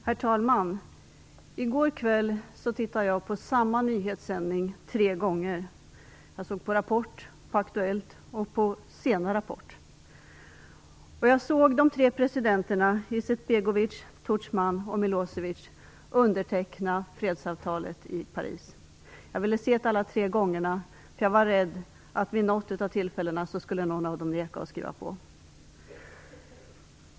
Herr talman! I går kväll tittade jag på samma nyhetssändning i TV tre gånger - jag såg Rapport, Aktuellt och sena Rapport. Jag såg de tre presidenterna Begovic, Tudjman och Milosevic underteckna fredsavtalet i Paris. Jag ville se det alla tre gångerna, därför att jag var rädd att vid något av tillfällena skulle någon av dem neka att skriva under.